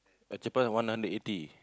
cheaper ah one hundred eighty